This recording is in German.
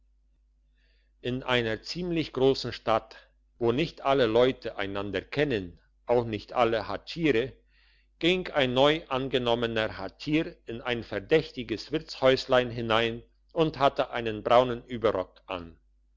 in einer ziemlich grossen stadt wo nicht alle leute einander kennen auch nicht alle hatschiere ging ein neu angenommener hatschier in ein verdächtiges wirtshäuslein hinein und hatte einen braunen überrock an